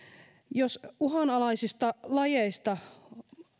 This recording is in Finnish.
jos uhanalaisista lajeista